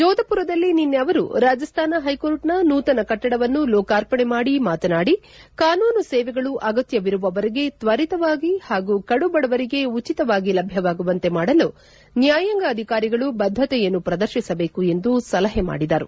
ಜೋಧಪುರದಲ್ಲಿ ನಿನ್ನೆ ಅವರು ರಾಜಾಸ್ತಾನ ಹೈಕೋರ್ಟ್ನ ನೂತನ ಕಟ್ಟಡವನ್ನು ಲೋಕಾರ್ಪಣೆ ಮಾಡಿ ಮಾತನಾಡಿ ಕಾನೂನು ಸೇವೆಗಳು ಅಗತ್ತವಿರುವವರೆಗೆ ತ್ವರಿತವಾಗಿ ಹಾಗೂ ಕಡು ಬಡವರಿಗೆ ಉಚಿತವಾಗಿ ಲಭ್ಯವಾಗುವಂತೆ ಮಾಡಲು ನ್ಯಾಯಾಂಗ ಅಧಿಕಾರಿಗಳು ಬದ್ಧತೆಯನ್ನು ಪ್ರದರ್ಶಿಸಬೇಕು ಎಂದು ಸಲಹೆ ಮಾಡಿದರು